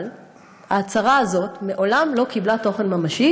אבל ההצהרה הזאת מעולם לא קיבלה תוכן ממשי